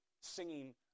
singing